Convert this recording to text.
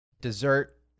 Dessert